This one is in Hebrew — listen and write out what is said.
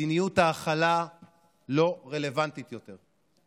מדיניות ההכלה לא רלוונטית יותר,